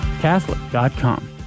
Catholic.com